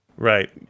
Right